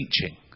teaching